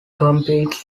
competes